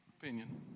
opinion